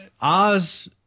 Oz